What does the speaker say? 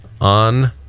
on